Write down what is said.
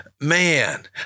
man